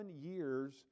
years